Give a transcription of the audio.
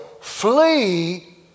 flee